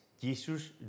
Jesus